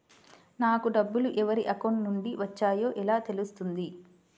నాకు డబ్బులు ఎవరి అకౌంట్ నుండి వచ్చాయో ఎలా తెలుస్తుంది?